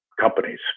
companies